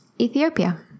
Ethiopia